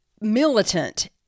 militant